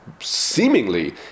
seemingly